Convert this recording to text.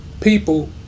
people